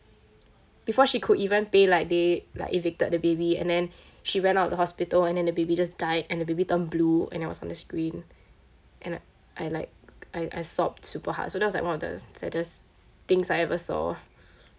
before she could even pay like they like evicted the baby and then she ran out of the hospital and then the baby just died and the baby turned blue and it was on the screen and I like I I sobbed super hard so that was like one of the sad~ saddest things I've ever saw